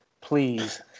please